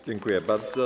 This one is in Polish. Dziękuję bardzo.